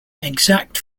exact